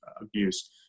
abuse